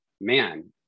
man